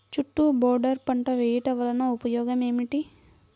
చుట్టూ బోర్డర్ పంట వేయుట వలన ఉపయోగం ఏమిటి?